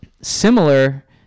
similar